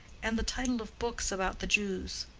and the title of books about the jews.